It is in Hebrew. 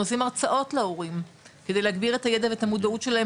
במסמך ששלחתי,